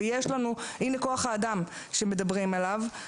הינה כוח האדם שמדברים עליו.